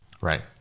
Right